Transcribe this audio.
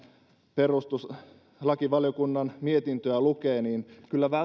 perustuslakivaliokunnan mietintöä lukee niin kyllä